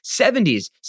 70s